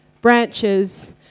branches